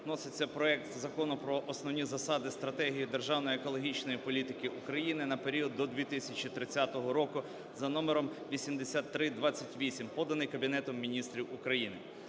вноситься проект Закону про Основні засади (стратегію) державної екологічної політики України на період до 2030 року (за № 8328), поданий Кабінетом Міністрів України.